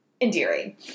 endearing